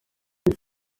kuri